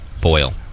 boil